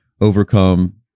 overcome